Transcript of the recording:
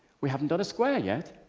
we haven't done a square yet.